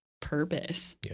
purpose